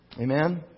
Amen